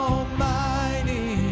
Almighty